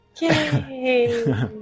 Yay